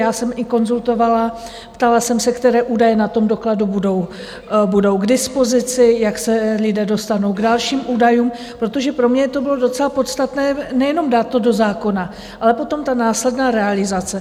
Já jsem i konzultovala, ptala jsem se, které údaje na tom dokladu budou k dispozici, jak se lidé dostanou k dalším údajům, protože pro mě to bylo docela podstatné nejenom dát to do zákona, ale potom ta následná realizace.